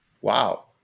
Wow